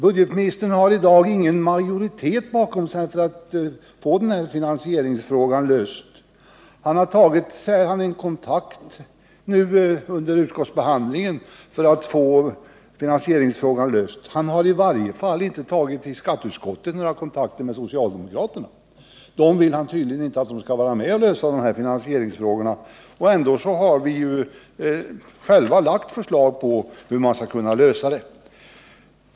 Budgetministern har i dag ingen majoritet bakom sig för att få denna finansieringsfråga löst. Han säger att han har tagit kontakt under utskottsbehandlingen för att få finansieringsfrågan löst. Men han har i varje fall inte i skatteutskottet tagit några kontakter med socialdemokraterna. Han vill tydligen inte att vi skall vara med och lösa finansieringsfrågan. Ändå har vi ju lagt fram förslag om hur man skall kunna lösa den.